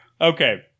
Okay